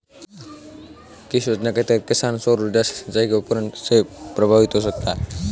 किस योजना के तहत किसान सौर ऊर्जा से सिंचाई के उपकरण ले सकता है?